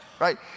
right